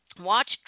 Watch